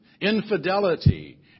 infidelity